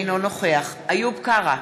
אינו נוכח איוב קרא,